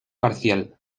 parcial